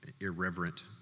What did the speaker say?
irreverent